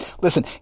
Listen